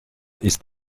ist